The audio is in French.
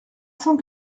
cent